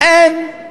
אין.